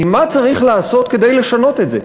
מה צריך לעשות כדי לשנות את זה?